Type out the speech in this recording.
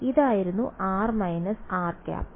ഇതായിരുന്നു r− rˆ unit vector